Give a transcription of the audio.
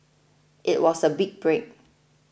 it was a big break